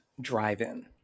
Drive-In